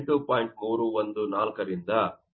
314 ರಿಂದ 10 5 ಆಗಿದೆ